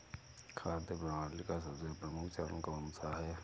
खाद्य प्रणाली का सबसे प्रमुख चरण कौन सा है?